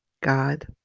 God